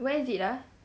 where is it ah